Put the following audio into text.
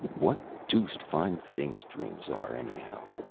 what deuced fine things dreams are, anyhow!